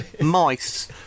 mice